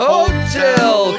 Hotel